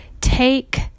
take